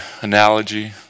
analogy